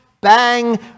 bang